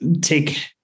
take